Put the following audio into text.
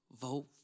vote